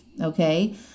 okay